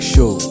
Show